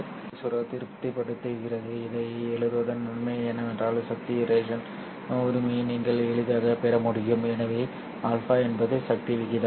இந்த மேட்ரிக்ஸ் உறவை திருப்திப்படுத்துகிறது இதை எழுதுவதன் நன்மை என்னவென்றால் சக்தி ரேஷன் உரிமையை நீங்கள் எளிதாகப் பெற முடியும் எனவே α என்பது சக்தி விகிதம்